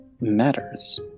matters